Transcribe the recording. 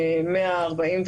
144,